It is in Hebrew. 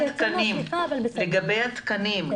לגבי התקנים,